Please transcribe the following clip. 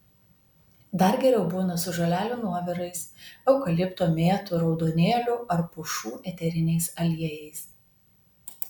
dar geriau būna su žolelių nuovirais eukalipto mėtų raudonėlių ar pušų eteriniais aliejais